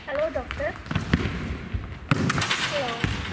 hello doctor hello